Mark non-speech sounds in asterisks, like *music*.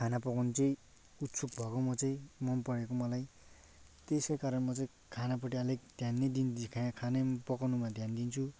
खाना पकाउनु चाहिँ उत्सुक भएको म चाहिँ मन परेको मलाई त्यसै कारण म चाहिँ खानापट्टि अलिक ध्यानै *unintelligible* खा खाना पनि पकाउनुमा ध्यान दिन्छु